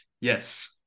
yes